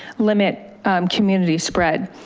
limit communities spread.